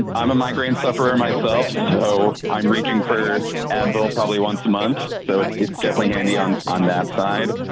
i'm a migraine sufferer myself. so i'm reaching for advil probably once a month. so it's, it's definitely handy on, on that side.